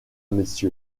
mrs